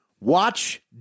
Watch